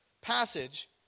passage